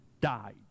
died